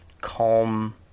calm